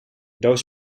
doos